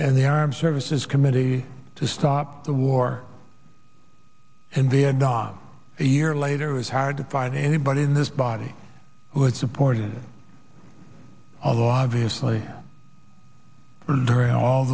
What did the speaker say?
and the armed services committee to stop the war in vietnam a year later it was hard to find anybody in this body who had supported all obviously during all